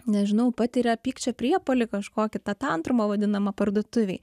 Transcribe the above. nežinau patiria pykčio priepuolį kažkokį tą tantrumą vadinamą parduotuvėj